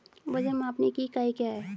वजन मापने की इकाई क्या है?